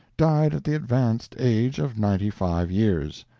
died at the advanced age of ninety five years.